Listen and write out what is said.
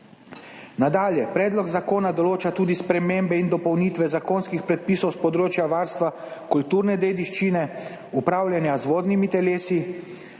Nadalje predlog zakona določa tudi spremembe in dopolnitve zakonskih predpisov s področja varstva kulturne dediščine, upravljanja z vodnimi telesi,